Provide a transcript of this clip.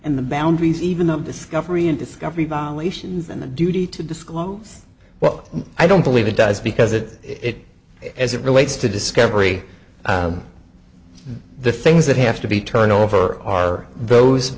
and the boundaries even of discovery and discovery violations and the duty to disclose well i don't believe it does because it it as it relates to discovery the things that have to be turned over are those